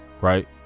right